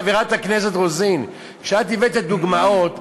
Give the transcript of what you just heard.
חברת הכנסת רוזין, את הבאת את הדוגמאות,